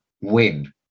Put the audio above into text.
win